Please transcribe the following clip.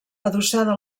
adossada